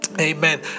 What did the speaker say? Amen